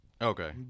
Okay